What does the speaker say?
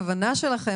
עם כל הכוונה שלכם,